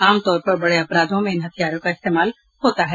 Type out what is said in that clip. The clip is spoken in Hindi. आम तौर पर बड़े अपराधों में इन हथियारों का इस्तेमाल होता है